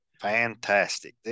fantastic